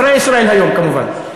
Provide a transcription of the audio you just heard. אחרי "ישראל היום" כמובן.